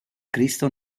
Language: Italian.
cristo